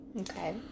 okay